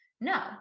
no